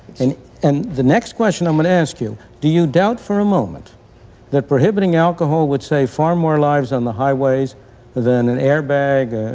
and the next question i'm gonna ask you do you doubt for a moment that prohibiting alcohol would save far more lives on the highways than an airbag,